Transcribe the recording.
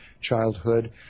childhood